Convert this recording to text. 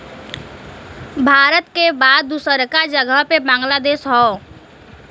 भारत के बाद दूसरका जगह पे बांग्लादेश हौ